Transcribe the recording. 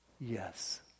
Yes